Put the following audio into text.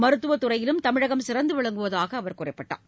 மருத்துவத் துறையிலும் தமிழகம் சிறந்து விளங்குவதாக அவர் குறிப்பிட்டார்